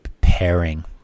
pairing